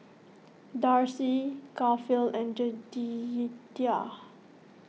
Darci Garfield and Jedidiah